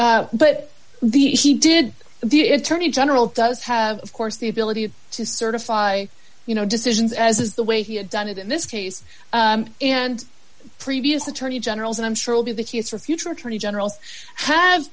true but he did the attorney general does have of course the ability to certify you know decisions as is the way he had done it in this case and previous attorney generals and i'm sure will be that he is for future attorney generals have